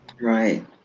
Right